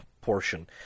portion